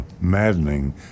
maddening